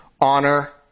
Honor